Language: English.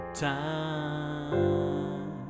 time